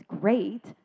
great